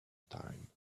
time